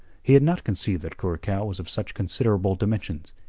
he had not conceived that curacao was of such considerable dimensions.